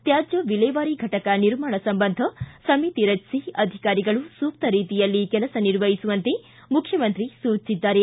ತ್ಕಾಜ್ಯ ವಿಲೇವಾರಿ ಫಟಕ ನಿರ್ಮಾಣ ಸಂಬಂಧ ಸಮಿತಿ ರಚಿಸಿ ಅಧಿಕಾರಿಗಳು ಸೂಕ್ತ ರೀತಿಯಲ್ಲಿ ಕೆಲಸ ನಿರ್ವಹಿಸುವಂತೆ ಮುಖ್ಯಮಂತ್ರಿ ಸೂಚಿಸಿದ್ದಾರೆ